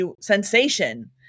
sensation